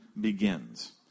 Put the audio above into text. begins